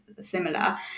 similar